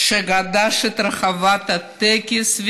שגדש את רחבת הטקס,